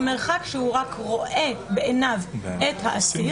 במרחק שהוא רק רואה בעיניו את האסיר,